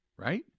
Right